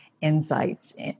insights